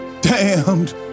Damned